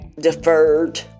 deferred